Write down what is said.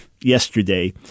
yesterday